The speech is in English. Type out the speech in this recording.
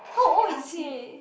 should we ask him